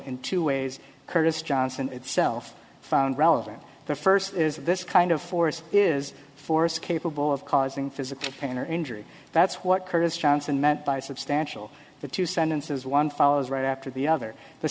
two ways curtis johnson itself found relevant the first is this kind of force is force capable of causing physical pain or injury that's what curtis johnson meant by substantial the two sentences one follows right after the other the